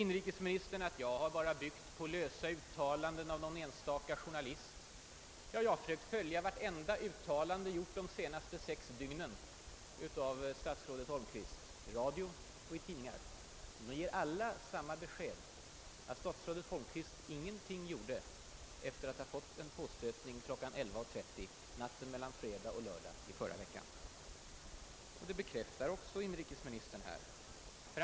Inrikesministern säger att jag har byggt mina uttalanden bara på lösa uppgifter av någon enstaka journalist. Det är fel. Jag har försökt följa vartenda uttalande som har gjorts de senaste sex dygnen av statsrådet Holmqvist i radio och i tidningar. De ger alla samma besked: att statsrådet Holmqvist ingenting gjorde efter att ha fått en påstötning klockan 11.30 natten mellan fredag och lördag i förra veckan. Det bekräftar också inrikesministern här.